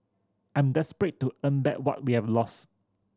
I'm desperate to earn back what we have lost